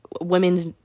women's